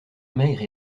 maigre